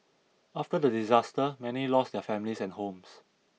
after the disaster many lost their families and homes